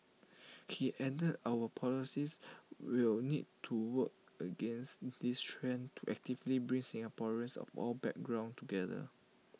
he added our policies will need to work against this trend to actively bring Singaporeans of all background together